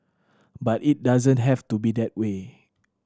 but it doesn't have to be that way